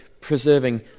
preserving